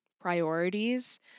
priorities